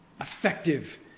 effective